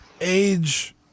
age